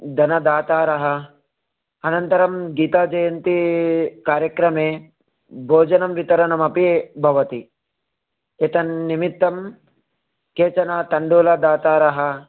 धनदातारः अनन्तरं गीताजयन्ती कार्यक्रमे भोजनं वितरणमपि भवति एतन्निमित्तं केचन तण्डुलदातारः